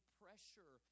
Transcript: pressure